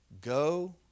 go